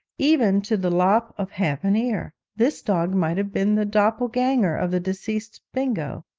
even to the lop of half an ear, this dog might have been the doppel-ganger of the deceased bingo.